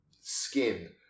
skin